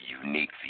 unique